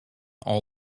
all